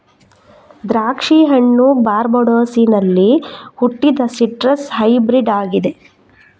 ದ್ರಾಕ್ಷಿ ಹಣ್ಣು ಬಾರ್ಬಡೋಸಿನಲ್ಲಿ ಹುಟ್ಟಿದ ಸಿಟ್ರಸ್ ಹೈಬ್ರಿಡ್ ಆಗಿದೆ